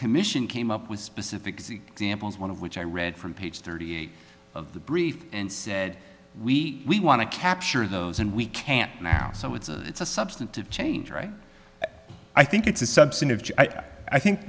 commission came up with specific examples one of which i read from page thirty eight of the brief and said we we want to capture those and we can't now so it's a it's a substantive change right i think it's a